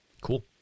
cool